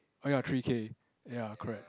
ah ya three K ya correct